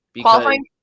qualifying